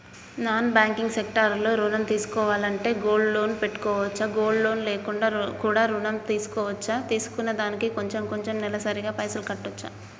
Non banking sector లో ఋణం తీసుకోవాలంటే గోల్డ్ లోన్ పెట్టుకోవచ్చా? గోల్డ్ లోన్ లేకుండా కూడా ఋణం తీసుకోవచ్చా? తీసుకున్న దానికి కొంచెం కొంచెం నెలసరి గా పైసలు కట్టొచ్చా?